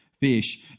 Fish